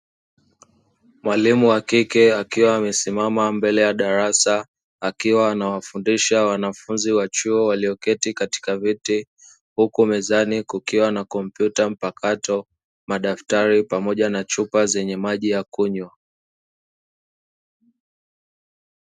Mwalimu wa kike akiwa amesimama mbele ya darasa, akiwa anawafundisha wanafunzi wa chuo; walioketi katika viti, huku mezani kukiwa na kompyuta mpakato, madaftari pamoja na chupa zenye maji ya kunywa.